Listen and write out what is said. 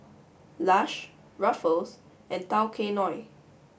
Lush Ruffles and Tao Kae Noi